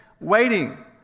waiting